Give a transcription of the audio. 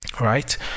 right